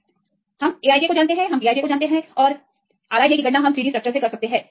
तब यह समीकरण हम A i j को जानते हैं हम B i j की गणना कर सकते हैं और R i j की गणना हम 3D स्ट्रक्चरस से कर सकते हैं